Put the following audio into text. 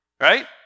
right